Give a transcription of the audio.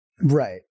Right